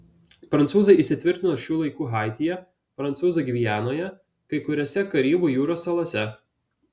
prancūzai įsitvirtino šių laikų haityje prancūzų gvianoje kai kuriose karibų jūros salose